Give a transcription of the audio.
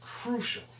crucial